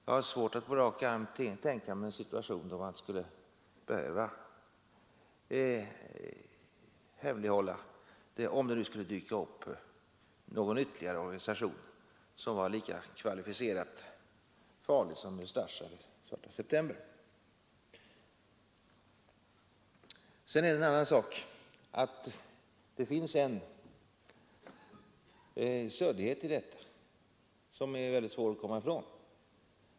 Jag har svårt att på rak arm tänka mig en situation då man skulle behöva hemlighålla detta, om det nu skulle dyka upp någon ytterligare organisation som är lika kvalificerat farlig som Ustasja eller Svarta september. En annan sak är att det finns en suddighet i detta som är mycket svår att komma ifrån.